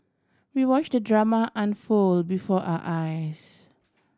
we watch the drama unfold before our eyes